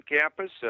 campus